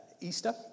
Easter